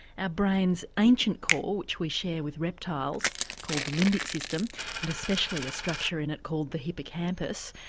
our brain's ancient core which we share with reptiles called the limbic system and especially a structure in it called the hippocampus,